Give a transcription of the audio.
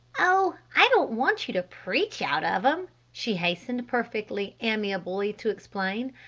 oh, i don't want you to preach out of em, she hastened perfectly amiably to explain.